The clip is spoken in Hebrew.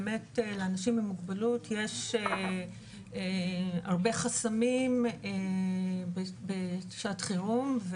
לאנשים עם מוגבלות יש הרבה חסמים בשעת חירום,